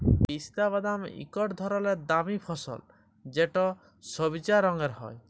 পিস্তা বাদাম ইকট ধরলের দামি ফসল যেট সইবজা রঙের হ্যয়